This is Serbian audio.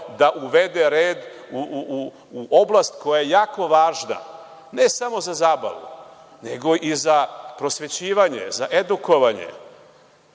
da uvede red u oblast koja je jako važna, ne samo za zabavu, nego i za prosvećivanje, za edukovanje